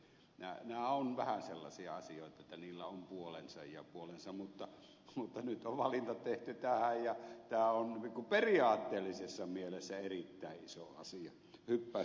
nämä ovat vähän sellaisia asioita että niillä on puolensa ja puolensa mutta nyt on valinta tehty näin ja tämä on niin kuin periaatteellisessa mielessä erittäin iso asia hyppäys